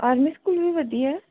army school ਵੀ ਵਧੀਆ